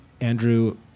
Andrew